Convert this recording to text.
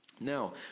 Now